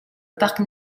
parc